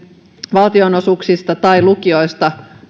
valtionosuuksista tai lukioista